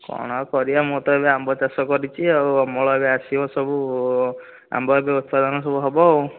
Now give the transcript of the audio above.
କ'ଣ ଆଉ କରିବା ମୋର ତ ଏବେ ଆମ୍ବ ଚାଷ କରିଛି ଆଉ ଅମଳ ଏବେ ଆସିବ ସବୁ ଆମ୍ବ ଏବେ ଉତ୍ପାଦନ ସବୁ ହେବ ଆଉ